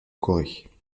corée